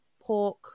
pork